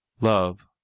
love